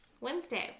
Wednesday